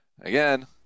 Again